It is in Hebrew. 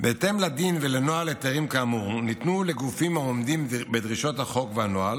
היתרים כאמור ניתנו לגופים העומדים בדרישות החוק והנוהל,